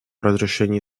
разрешении